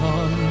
on